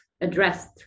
addressed